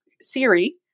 Siri